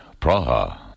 Praha